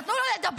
נתנו לו לדבר.